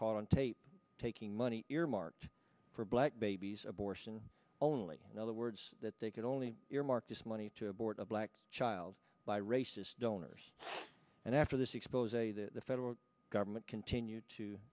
caught on tape taking money earmarked for black babies abortion only in other words that they could only earmark this money to abort a black child by racist donors and after this expose a the federal government continued to